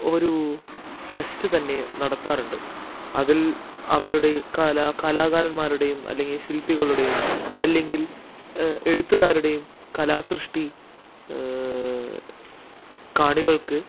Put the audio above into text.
ഒരു ഫെസ്റ്റു തന്നെ നടത്താറുണ്ട് അതിൽ അവരുടെ കല കലാകാരന്മാരുടേയും അല്ലെങ്കിൽ ശില്പികളുടെയും അല്ലെങ്കിൽ എഴുത്തുകാരുടെയും കലാസൃഷ്ടി കാണികൾക്ക്